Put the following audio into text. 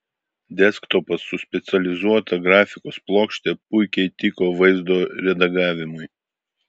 desktopas su specializuota grafikos plokšte puikiai tiko vaizdo redagavimui